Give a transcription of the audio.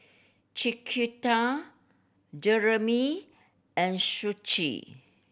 Chiquita Jeramy and